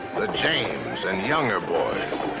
the james and younger boys,